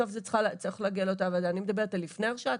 בסוף זה צריך להגיע לאותה הוועדה כשאני מדברת על לפני ההרשעה,